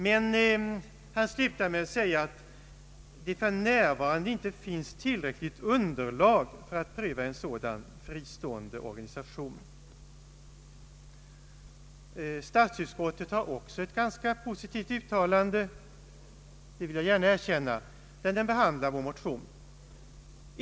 Men han slutar med att säga att det för närvarande inte finns tillräckligt underlag för att pröva en sådan fristående organisation. Även statsutskottet gör ett ganska positivt uttalande — det vill jag gärna erkänna — när det behandlar vår motion.